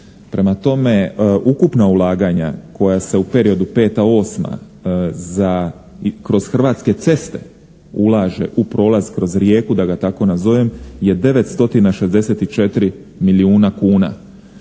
Prema tome, ukupna ulaganja koja se u periodu peta osma kroz Hrvatske ceste ulaže u prolaz kroz Rijeku da ga tako nazovem je 9 stotina 64 milijuna kuna